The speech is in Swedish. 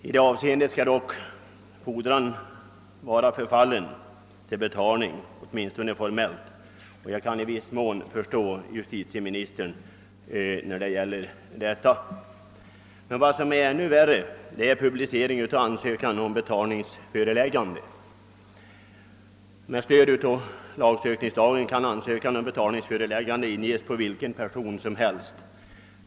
I detta sammanhang skall dock fordran vara förfallen till betalning, åtminstone formellt, och jag kan på den punkten i viss mån förstå justitieministern. Vad som är ännu värre är publicering av ansökan om betalningsföreläggande. Med stöd av lagsökningslagen kan ansökan om betalningsföreläggande inges mot vilken person som helst.